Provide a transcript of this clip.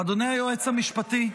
אדוני היועץ המשפטי.